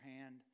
hand